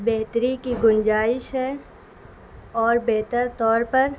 بہتری کی گنجائش ہے اور بہتر طور پر